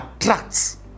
attracts